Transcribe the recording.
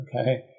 okay